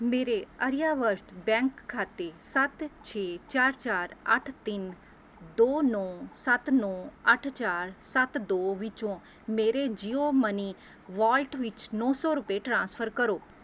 ਮੇਰੇ ਆਰਿਆਵਰਤ ਬੈਂਕ ਖਾਤੇ ਸੱਤ ਛੇ ਚਾਰ ਚਾਰ ਅੱਠ ਤਿੰਨ ਦੋ ਨੌ ਸੱਤ ਨੌ ਅੱਠ ਚਾਰ ਸੱਤ ਦੋ ਵਿੱਚੋਂ ਮੇਰੇ ਜੀਓਮਨੀ ਵੋਲਟ ਵਿੱਚ ਨੌ ਸੋ ਰੁਪਏ ਟ੍ਰਾਂਸਫਰ ਕਰੋ